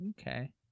Okay